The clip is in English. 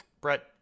Brett